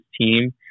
team